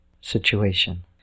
situation